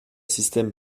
système